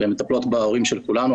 הן מטפלות בהורים של כולנו,